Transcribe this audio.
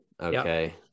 Okay